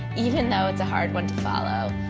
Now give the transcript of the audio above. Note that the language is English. even though it's a hard one to follow.